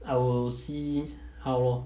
I will see how lor